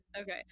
okay